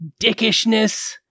dickishness